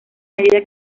medida